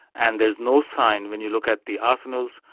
and there's no sign when you look at the arsenals,